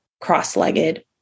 cross-legged